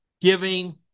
giving